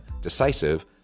decisive